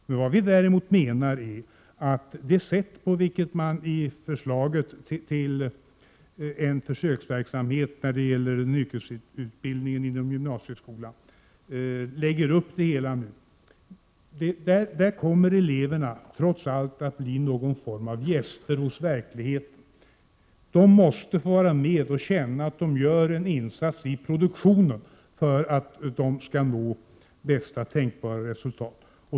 Det vi menar är att eleverna, genom det sätt på vilket försöksverksamheten till yrkesutbildning inom gymnasieskolan läggs upp, trots allt kommer att bli gäster hos verkligheten. De måste få vara med och känna att de gör en insats i produktionen, för att de skall nå bästa tänkbara resultat.